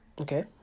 okay